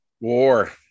War